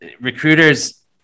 recruiters